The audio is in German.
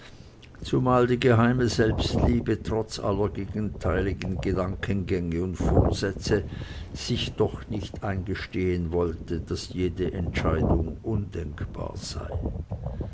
zumal die geheime selbstliebe trotz aller gegenteiligen gedankengänge und vorsätze sich doch nicht eingestehen wollte daß jede entscheidung undenkbar sei